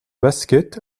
basket